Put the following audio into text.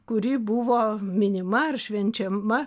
kuri buvo minima ar švenčiama